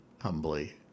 humbly